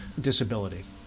disability